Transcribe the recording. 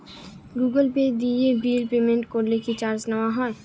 Google Pay দিয়ে bill payment করলে কি চার্জ নেওয়া হয়?